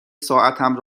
ساعتم